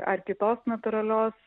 ar kitos natūralios